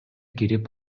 кирип